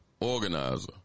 organizer